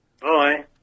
Bye